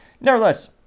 Nevertheless